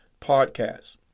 podcast